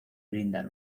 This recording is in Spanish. brindar